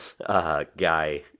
guy